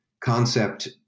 concept